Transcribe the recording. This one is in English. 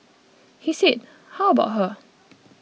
he said how about her